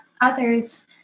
others